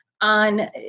on